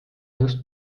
just